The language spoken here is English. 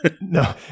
No